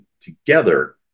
together